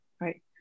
right